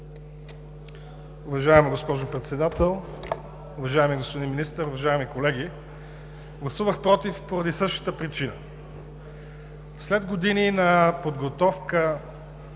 Уважаема госпожо Председател, уважаеми господин Министър, уважаеми колеги! Гласувах „против“ поради същата причина. След години на подготовка,